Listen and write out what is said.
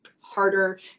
harder